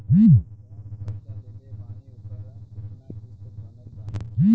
हम जऊन कर्जा लेले बानी ओकर केतना किश्त बनल बा?